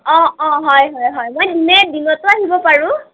অঁ অঁ হয় হয় হয় মই এনে দিনটো আহিব পাৰোঁ